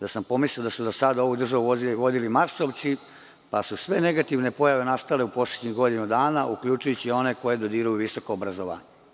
da sam pomislio da su sada ovu državu vodili marsovci, pa su sve negativne pojave nastale u poslednjih godinu dana, uključujući i one koji dodiruju visoko obrazovanje.